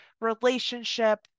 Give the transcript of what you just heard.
relationship